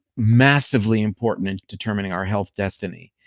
massively important in determining our health destiny.